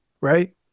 Right